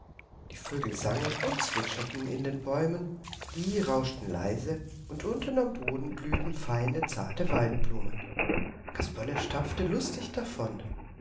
die vögel sangen und zwitscherten in den bäumen die rauschten leise und unten am boden blühten feine zarte waldblumen kasperle stapfte lustig davon